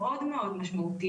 פעילות בחברה הערבית מאוד ממוקדת